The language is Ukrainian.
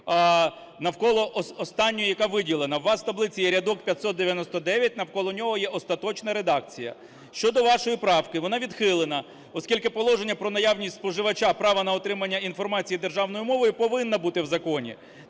навколо останньої, яка виділена. У вас в таблиці є рядок 599, навколо нього є остаточна редакція. Щодо вашої правки, вона відхилена. Оскільки положення про наявність споживача права на отримання інформації державною мовою повинно бути в законі.